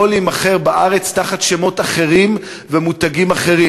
יכול להימכר בארץ תחת שמות אחרים ומותגים אחרים.